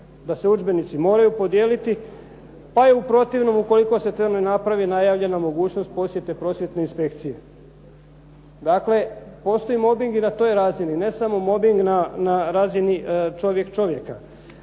da se udžbenici moraju podijeliti pa je u protivnom ukoliko se to ne napravi najavljena mogućnost posjete prosvjetne inspekcije. Dakle, postoji mobing i na toj razini ne samo mobing na razini čovjek čovjeka.